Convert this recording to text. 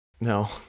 no